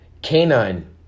Canine